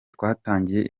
twatangiye